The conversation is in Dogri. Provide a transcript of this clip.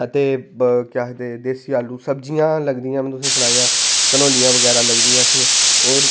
ते केह् आक्खदे देसी आलू सब्जियां लगदियां तुसें ई सनाया कंढोलियां बगैरा लगदियां इत्थै होर